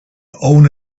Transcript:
own